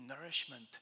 nourishment